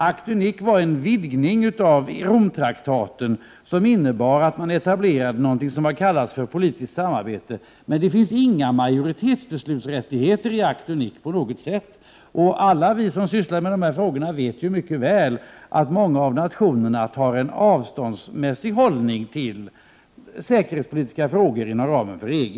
”Acte Unique” var en vidgning av Rom-traktaten, som innebar att det etablerades någonting som har kallats politiskt samarbete, men det finns inte alls några majoritetsbeslutsrättigheter i ”Acte Unique”. Och alla vi som sysslar med dessa frågor vet mycket väl att många av nationerna intar en avståndsmässig hållning till säkerhetspolitiska frågor inom ramen för EG.